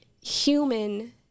human